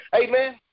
Amen